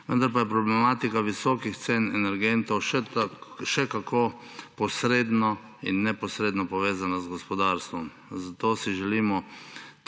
vendar pa je problematika visokih cen energentov še kako posredno in neposredno povezana z gospodarstvom, zato si želimo